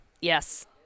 Yes